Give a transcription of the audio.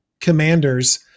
commanders